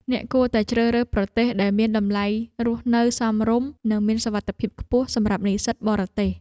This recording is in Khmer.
អ្នកគួរតែជ្រើសរើសប្រទេសដែលមានតម្លៃរស់នៅសមរម្យនិងមានសុវត្ថិភាពខ្ពស់សម្រាប់និស្សិតបរទេស។